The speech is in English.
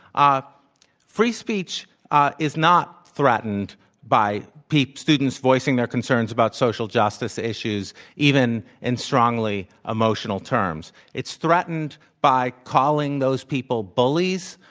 ah free speech ah is not threatened by students voicing their concerns about social justice issues, even in strongly emotional terms. it's threatened by calling those people bullies,